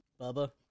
Bubba